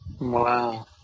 Wow